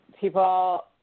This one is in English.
people